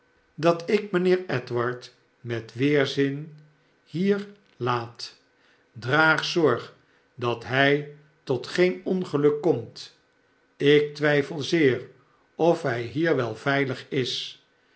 dat ik mijnheer edward met weerzin hier laat draag zorg dat hij tot geen ongeluk komt ik twijfel zeer of hij hier wel veilig is